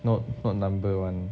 not number one